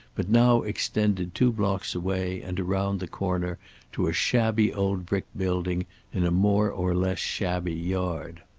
but now extended two blocks away and around the corner to a shabby old brick building in a more or less shabby yard.